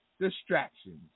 distractions